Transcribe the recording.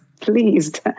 pleased